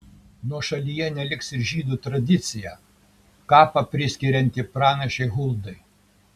nuošalyje neliks ir žydų tradicija kapą priskirianti pranašei huldai